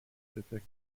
specific